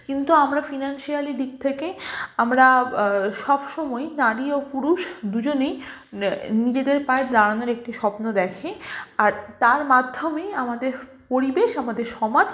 কিন্তু আমরা ফিনান্সিয়ালি দিক থেকে আমারা সব সময়ই নারী ও পুরুষ দুজনেই নিজেদের পায়ে দাঁড়ানোর একটি স্বপ্ন দেখে আর তার মাধ্যমেই আমাদের পরিবেশ আমাদের সমাজ